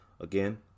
Again